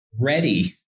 ready